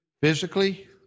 physically